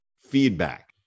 feedback